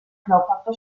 glaubhafte